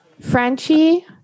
Frenchie